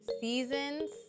seasons